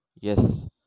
yes